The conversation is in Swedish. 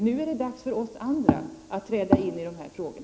Nu är det dags för oss andra att träda in på dessa områden.